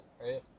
right